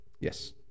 Yes